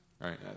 right